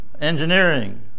engineering